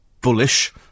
bullish